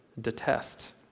detest